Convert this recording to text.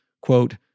quote